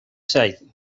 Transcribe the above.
said